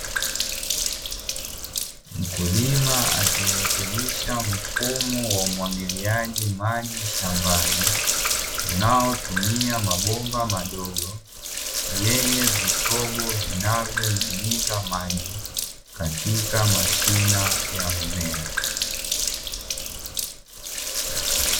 Mkulima akirekebisha mfumo wa umwagiliaji maji shambani, unaotumia mabomba madogo yenye vitobo vinavyonyunyiza maji katika mashina ya mmea.